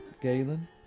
Galen